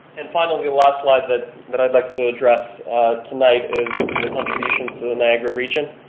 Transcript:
and finally, the last slide that that i'd like to address tonight is the contributions to the niagara region.